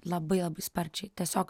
labai labai sparčiai tiesiog